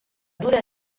dura